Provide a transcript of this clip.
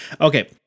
Okay